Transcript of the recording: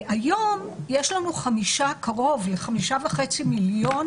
היום יש לנו קרוב לחמישה וחצי מיליון